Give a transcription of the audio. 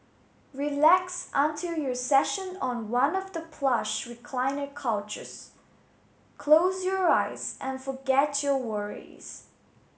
relax until your session on one of the plush recliner couches close your eyes and forget your worries